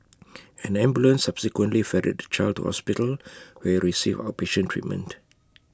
an ambulance subsequently ferried the child to hospital where he received outpatient treatment